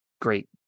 great